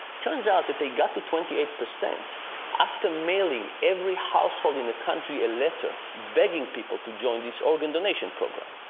turns out that they got to twenty eight percent after mailing every household in the country a letter, begging people to join this organ donation program.